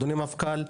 אדוני המפכ"ל,